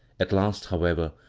at last, however,